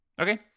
Okay